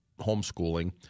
homeschooling